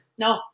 No